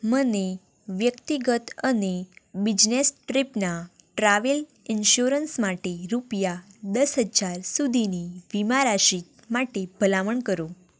મને વ્યક્તિગત અને બિઝનેસ ટ્રીપના ટ્રાવેલ ઇન્સ્યોરન્સ માટે રૂપિયા દસ હજાર સુધીની વીમારાશી માટે ભલામણ કરો